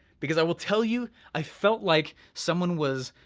because i will tell you i felt like someone was,